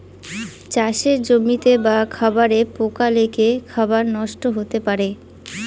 চাষের জমিতে বা খাবারে পোকা লেগে খাবার নষ্ট হতে পারে